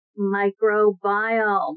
microbiome